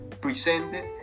presented